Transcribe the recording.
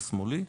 לשמאלי,